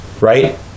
Right